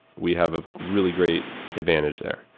we have a really great advantage there.